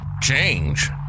change